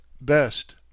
best